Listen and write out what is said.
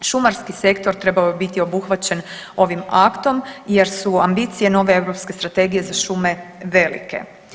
Šumarski sektor trebao bi biti obuhvaćen ovim aktom jer su ambicije nove europske strategije za šume velike.